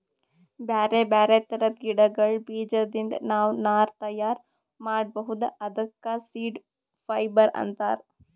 ಬ್ಯಾರೆ ಬ್ಯಾರೆ ಥರದ್ ಗಿಡಗಳ್ ಬೀಜದಿಂದ್ ನಾವ್ ನಾರ್ ತಯಾರ್ ಮಾಡ್ಬಹುದ್ ಅದಕ್ಕ ಸೀಡ್ ಫೈಬರ್ ಅಂತಾರ್